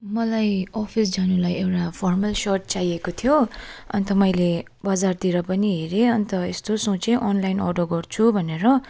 मलाई अफिस जानलाई एउटा फर्मल सर्ट चाहिएको थियो अन्त मैले बजारतिर पनि हेरेँ अन्त यस्तो सोचेँ अनलाइन अर्डर गर्छु भनेर